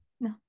No